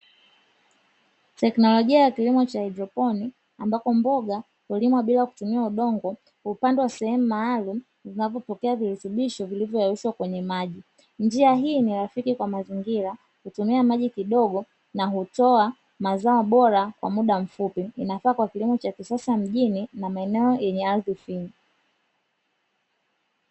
Teknolojia ya kilimo cha hydroponi ambapo mboga hulimwa bila kutumia udongo hupandwa sehemu maalum vinavyopokea virutubisho vilivyo yeyushwa kwenye maji, njia hii ni rafiki kwa mazingira kutumia maji kidogo na hutoa mazao bora kwa mda mfupi hutoa kilimo cha kisasa kwenye maeneo ya mjini na maeneo yenye ardhi finyu.